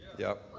yup.